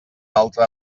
altra